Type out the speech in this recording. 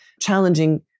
challenging